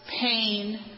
pain